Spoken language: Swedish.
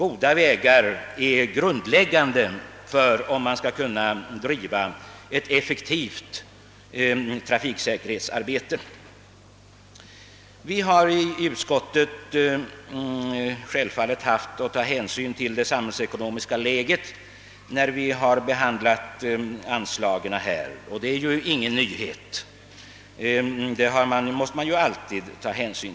När vi i utskottet behandlat dessa anslag har vi självfallet haft att ta hänsyn till det samhällsekonomiska läget. Det är ju ingen nyhet — det måste man alltid göra.